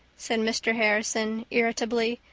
said mr. harrison irritably.